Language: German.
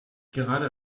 gerade